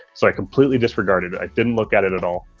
so i completely disregarded it. i didn't look at it at all.